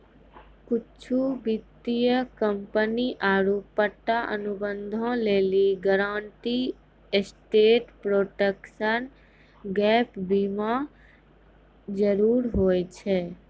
कुछु वित्तीय कंपनी आरु पट्टा अनुबंधो लेली गारंटीड एसेट प्रोटेक्शन गैप बीमा जरुरी होय छै